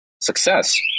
success